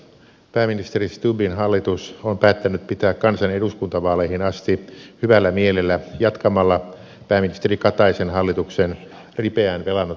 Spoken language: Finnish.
pääministeri stubbin hallitus on päättänyt pitää kansan eduskuntavaaleihin asti hyvällä mielellä jatkamalla pääministeri kataisen hallituksen ripeän velanoton linjaa